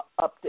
update